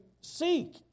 seek